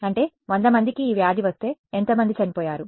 అంటే 100 మందికి ఈ వ్యాధి వస్తే ఎంతమంది చనిపోయారు